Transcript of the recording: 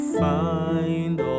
find